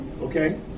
okay